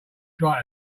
try